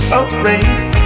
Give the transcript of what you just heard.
erased